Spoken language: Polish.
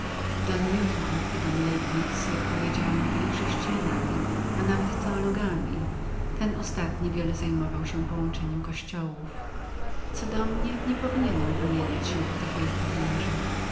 don newton i don leibnitz jak powiedziałem byli chrześcijanami a nawet teologami ostatni wiele zajmował się połączeniem kościołów co do mnie nie powinienbym wymieniać się po tych wielkich mężach